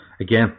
Again